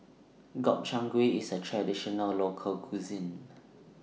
Gobchang Gui IS A Traditional Local Cuisine